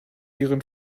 ihren